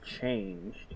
changed